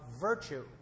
virtue